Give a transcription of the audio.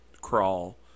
crawl